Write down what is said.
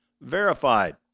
verified